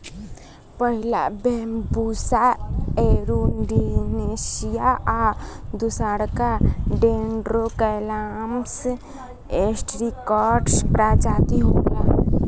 पहिला Bambusa arundinacea आ दूसरका डेन्ड्रोकैलामस स्ट्रीक्ट्स प्रजाति होला